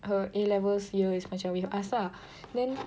her A-levels year is with us ah then